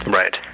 right